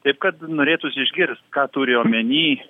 taip kad norėtųsi išgirst ką turi omeny